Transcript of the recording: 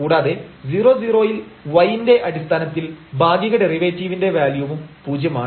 കൂടാതെ 00 ൽ y ന്റെ അടിസ്ഥാനത്തിൽ ഭാഗിക ഡെറിവേറ്റീവിന്റെ വാല്യൂവും പൂജ്യമാണ്